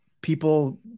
people